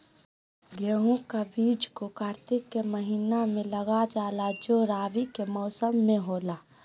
गेहूं का बीज को कार्तिक के महीना में लगा जाला जो रवि के मौसम में होला